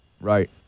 Right